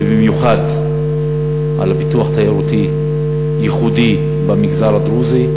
ובמיוחד על פיתוח תיירותי ייחודי במגזר הדרוזי.